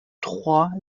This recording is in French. trois